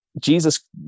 Jesus